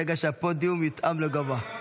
ברגע שהפודיום יתאים לגובה.